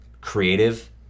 creative